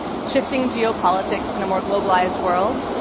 shifting geopolitics in a more globalized world,